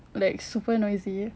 like super noisy